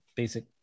Basic